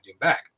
back